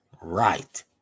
right